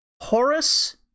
Horace